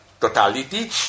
totality